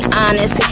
honest